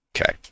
Okay